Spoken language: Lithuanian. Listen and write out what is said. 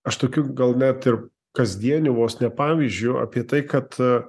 aš tokių gal net ir kasdieniu vos ne pavyzdžiu apie tai kad